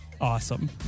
awesome